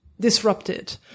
disrupted